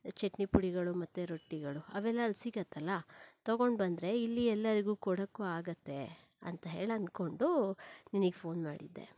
ಚಟ್ನಿಪುಡಿಗಳು ಮತ್ತು ರೊಟ್ಟಿಗಳು ಅವೆಲ್ಲ ಅಲ್ಲಿ ಸಿಗತ್ತಲ್ಲ ತೊಗೊಂಡ್ಬಂದ್ರೆ ಇಲ್ಲಿ ಎಲ್ಲರಿಗೂ ಕೊಡೋಕ್ಕೂ ಆಗತ್ತೆ ಅಂತ ಹೇಳಿ ಅಂದುಕೊಂಡು ನಿನಗೆ ಫೋನ್ ಮಾಡಿದ್ದೆ